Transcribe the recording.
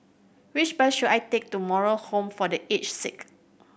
which bus should I take to Moral Home for The Aged Sick